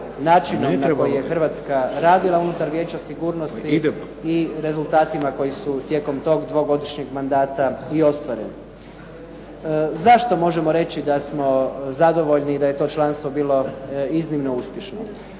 načinom na koji je Hrvatska radila unutar Vijeća sigurnosti i rezultatima koji su tijekom tog dvogodišnjeg mandata i ostvareni. Zašto možemo reći da smo zadovoljni i da je to članstvo bilo iznimno uspješno?